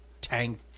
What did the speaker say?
tank